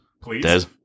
Please